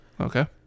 Okay